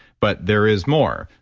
but there is more.